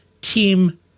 team